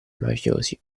mafiosi